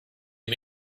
you